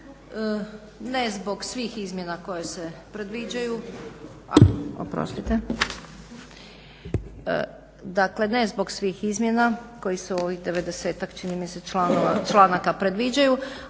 ne zbog svih izmjena koje se predviđaju, dakle ne zbog svih izmjena koji se u ovih 90-ak čini mi se članaka predviđaju,